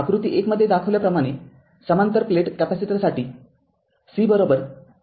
आकृती १ मध्ये दाखविल्याप्रमाणे समांतर प्लेट कॅपेसिटरसाठी C ɛAd आहे